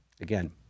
again